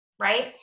Right